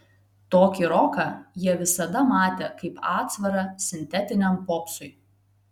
tokį roką jie visada matė kaip atsvarą sintetiniam popsui